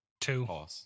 two